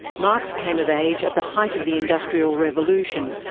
marx came of age at the height of the industrial revolution,